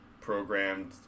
programmed